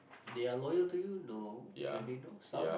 they are loyal to you no maybe no some